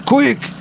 Quick